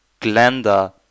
Glenda